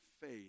faith